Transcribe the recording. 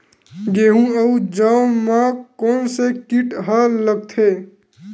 गेहूं अउ जौ मा कोन से कीट हा लगथे?